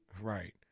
right